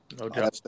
Okay